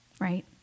right